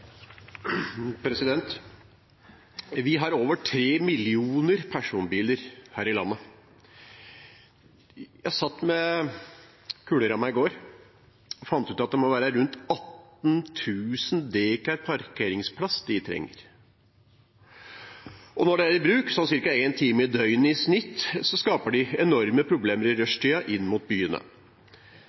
Vi har over 3 millioner personbiler her i landet. Jeg satt med kuleramma i går og fant ut at det må være rundt 18 000 dekar parkeringsplasser de trenger. Når bilene er i bruk, sånn ca. 1 time i døgnet i snitt, skaper de enorme problemer i rushtida inn mot byene.